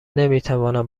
نمیتوانم